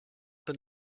been